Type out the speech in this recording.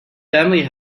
family